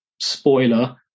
spoiler